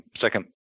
second